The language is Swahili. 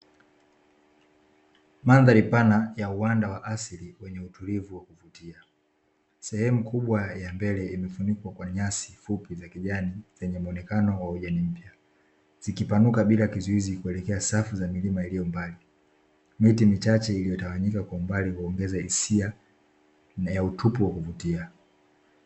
Mandhari pana ya uanda wa asili yenye utulivu wa kuvutia. Sehemu kubwa ya mbele imefunikwa kwa nyasi fupi za kijani zenye muonekano wa ujani mpya, zikipanuka bila kizuizi kuelekea safu za milima iliyo mbali. Miti michache iliyotawanyika kwa umbali huongeza hisia na ya utupu wa kuvutia.